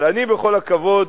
אבל אני, בכל הכבוד,